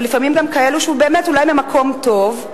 ולפעמים גם של כאלה שאולי באים ממקום טוב,